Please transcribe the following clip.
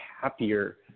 happier